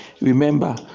Remember